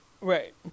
Right